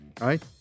right